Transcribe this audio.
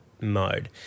Mode